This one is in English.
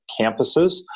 campuses